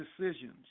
decisions